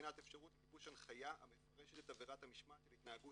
בבחינת אפשרות לגיבוש הנחיה המפרשת את עבירת המשמעת של התנהגות